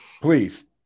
please